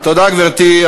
תודה, גברתי.